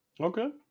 Okay